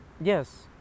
yes